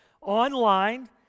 online